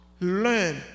learn